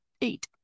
eight